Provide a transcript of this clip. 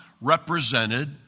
represented